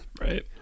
right